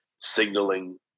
signaling